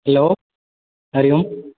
hello Hari Om